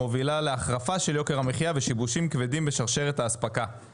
המובילה להחרפה של יוקר המחייה ושיבושים כבדים בשרשרת האספקה.